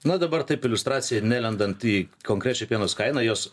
na dabar taip iliustracija nelendant į konkrečią pienos kaina jos